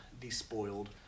despoiled